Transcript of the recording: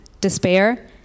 despair